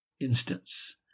Instance